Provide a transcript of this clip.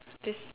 this